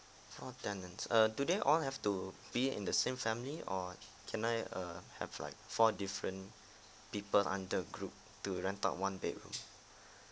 four tenants uh do they all have to be in the same family or can I uh have like four different people under a group to rent out one bedroom